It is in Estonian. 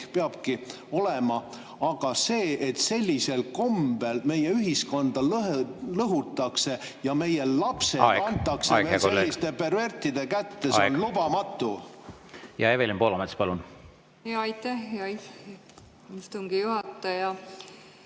peabki olema, aga see, et sellisel kombel meie ühiskonda lõhutakse ja meie lapsed antakse selliste pervertide kätte, see on lubamatu. Ja Evelin Poolamets, palun! Ja Evelin Poolamets,